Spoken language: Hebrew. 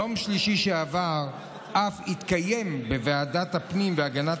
ביום שלישי שעבר אף התקיים בוועדת הפנים והגנת